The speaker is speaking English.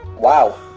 Wow